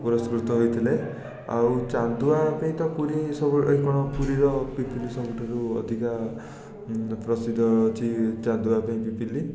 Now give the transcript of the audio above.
ପୁରସ୍କୃତ ହୋଇଥିଲେ ଆଉ ଚାନ୍ଦୁଆ ପାଇଁ ତ ପୁରୀ ସବୁ ଇଏ କ'ଣ ପୁରୀର ପିପିଲି ସବୁଠାରୁ ଅଧିକା ପ୍ରସିଦ୍ଧ ହେଉଛି ଚାନ୍ଦୁଆ ପାଇଁ ପିପିଲି